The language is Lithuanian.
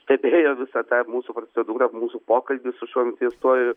stebėjo visą tą mūsų procedūrą mūsų pokalbį su šiuo nuteistuoju